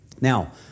Now